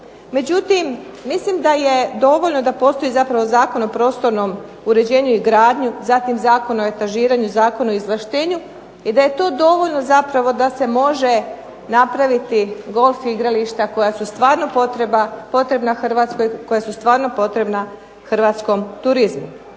Međutim, mislim da je dovoljno da postoji Zakon o prostornom uređenju i gradnji, zatim Zakon o etažiranju, Zakon o izvlaštenju i da je to dovoljno zapravo da se može napraviti golf igrališta koja su stvarno potrebna Hrvatskoj koja su